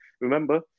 remember